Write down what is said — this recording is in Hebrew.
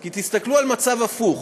כי תסתכלו על מצב הפוך.